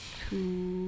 two